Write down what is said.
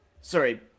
sorry